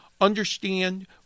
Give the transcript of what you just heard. Understand